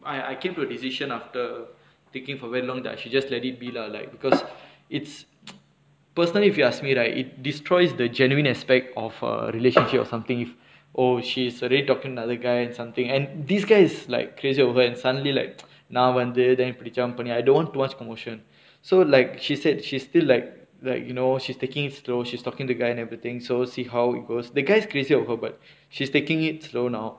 I I came to a decision after thinking for very long that I should just let it be lah like because it's personally if you ask me right it destroys the genuine aspect of a relationship or something oh she's already talking another guy something and this guy is like crazy over and suddenly like now one day then நா வந்து:naa vanthu then இப்புடி:ippudi jumb பண்ணி:panni I don't want too much commotion so like she said she's still like like you know she's taking it slow she's talking to the guy and everything so see how it goes the guy is crazy of her but she's taking it slow now